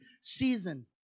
season